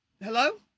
hello